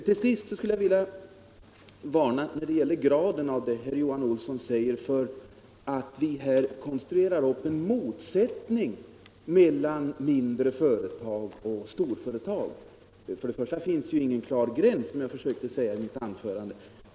Till sist skulle jag, med anledning av det herr Johan Olsson säger, vilja varna för att här bygga upp en motsättning mellan mindre företag och storföretag. För det första finns det ju ingen klar gräns, som jag försökte säga i mitt förra anförande.